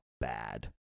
bad